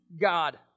God